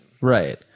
Right